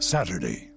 Saturday